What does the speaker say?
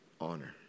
honor